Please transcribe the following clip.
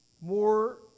More